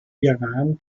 iran